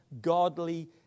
godly